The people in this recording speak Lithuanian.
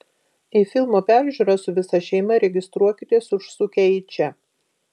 į filmo peržiūrą su visa šeima registruokitės užsukę į čia